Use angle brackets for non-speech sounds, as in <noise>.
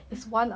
<noise>